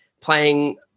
playing